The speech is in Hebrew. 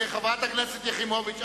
חברת הכנסת יחימוביץ,